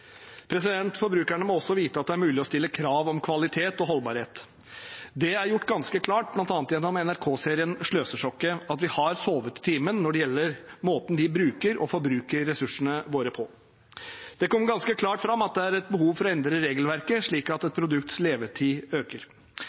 Forbrukerne må også vite at det er mulig å stille krav om kvalitet og holdbarhet. Det er gjort ganske klart, bl.a. gjennom NRK-serien Sløsesjokket, at vi har sovet i timen når det gjelder måten vi bruker og forbruker ressursene våre på. Det kom ganske klart fram at det er et behov for å endre regelverket slik at et produkts levetid øker.